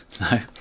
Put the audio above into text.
No